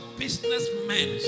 businessmen